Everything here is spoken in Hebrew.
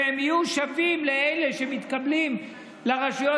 שהם יהיו שווים לאלה שמתקבלים לרשויות